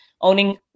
owning